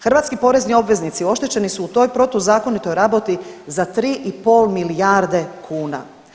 Hrvatski porezni obveznici oštećeni su u toj protuzakonitoj raboti za 3,5 milijarde kuna.